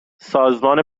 سازمان